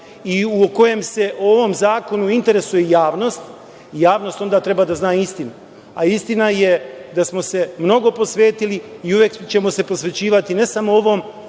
i o kome se o ovom zakonu interesuje javnost. Javnost onda treba da zna istinu, a istina je da smo se mnogo posvetili i uvek ćemo se posvećivati ne samo ovom